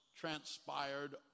transpired